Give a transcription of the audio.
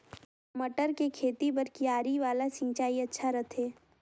मटर के खेती बर क्यारी वाला सिंचाई अच्छा रथे?